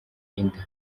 inda